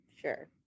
Sure